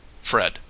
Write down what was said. Fred